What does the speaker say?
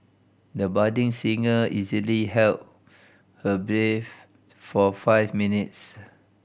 the budding singer easily held her breath for five minutes